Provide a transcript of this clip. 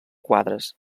quadres